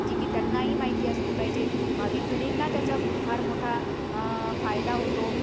जी की त्यांनाही माहिती असली पाहिजे भावी पिढींना त्याचा फार मोठा फायदा होतो